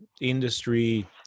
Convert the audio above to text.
industry